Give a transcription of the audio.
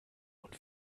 und